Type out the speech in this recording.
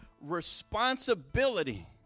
responsibility